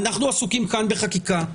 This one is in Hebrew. אנחנו עסוקים כאן בחקיקה,